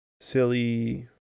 silly